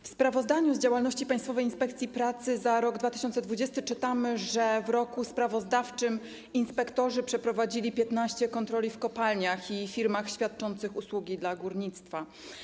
W sprawozdaniu z działalności Państwowej Inspekcji Pracy za rok 2020 czytamy, że w roku sprawozdawczym inspektorzy przeprowadzili 15 kontroli w kopalniach i firmach świadczących usługi dla górnictwa.